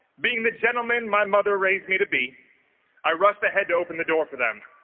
being the gentleman my mother raised me to be i rushed ahead to open the door for them